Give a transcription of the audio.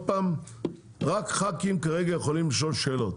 רק ח"כים כרגע יכולים לשאול שאלות,